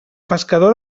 pescador